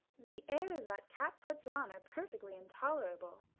the airs that cat puts on are perfectly intolerable,